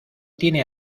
tiene